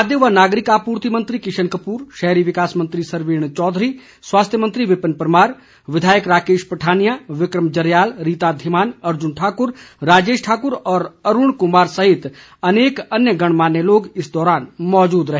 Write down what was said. खाद्य व नागरिक आपूर्ति मंत्री किशन कपूर शहरी विकास मंत्री सरवीण चौधरी स्वास्थ्य मंत्री विपिन परमार विधायक राकेश पठानिया विक्रम जरयाल रीता धीमान अर्जुन ठाकुर राजेश ठाकुर व अरूण कुमार सहित अनेक अन्य गणमान्य लोग इस दौरान मौजूद रहे